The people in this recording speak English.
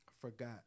forgot